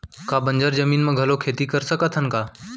का बंजर जमीन म घलो खेती कर सकथन का?